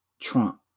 Trump